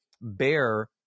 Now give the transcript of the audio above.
bear